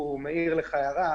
מישהו מעיר לך הערה,